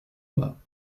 bas